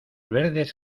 verdes